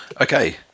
Okay